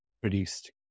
produced